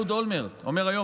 אהוד אולמרט אומר היום,